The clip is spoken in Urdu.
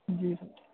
جی سر